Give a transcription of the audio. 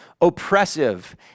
oppressive